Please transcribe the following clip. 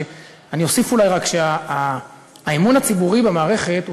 אני אולי אוסיף רק שהאמון הציבורי במערכת הוא